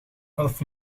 elf